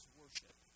worship